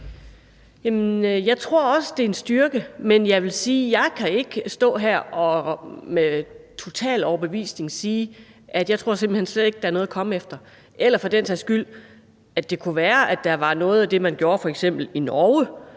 jeg tror også, det er en styrke, men jeg vil sige: Jeg kan ikke stå her og med total overbevisning sige, at jeg simpelt hen slet ikke tror, der er noget at komme efter. Det kunne for den sags skyld være, at der var noget af det, man gør i f.eks.